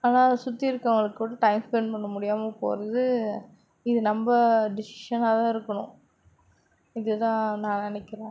ஆனால் சுற்றி இருக்கிறவங்க கூட டைம் ஸ்பென்ட் பண்ண முடியாமல் போவது இது நம்ம டிஸிசனாக தான் இருக்கணும் இதுதான் நான் நினைக்கிறேன்